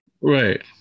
Right